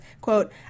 quote